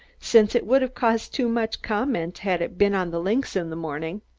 since it would have caused too much comment had it been on the links in the morning.